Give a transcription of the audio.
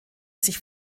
sich